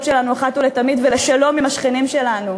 שלנו אחת ולתמיד ולשלום עם השכנים שלנו,